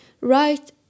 right